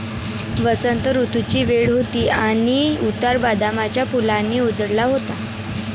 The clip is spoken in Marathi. वसंत ऋतूची वेळ होती आणि उतार बदामाच्या फुलांनी उजळला होता